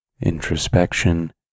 introspection